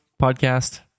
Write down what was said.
podcast